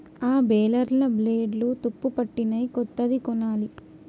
ఆ బేలర్ల బ్లేడ్లు తుప్పుపట్టినయ్, కొత్తది కొనాలి